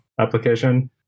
application